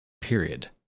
period